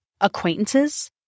acquaintances